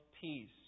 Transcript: peace